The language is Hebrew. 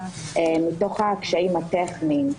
מתוך הקשיים הטכניים.